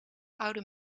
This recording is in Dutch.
oude